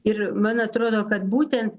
ir man atrodo kad būtent